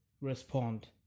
respond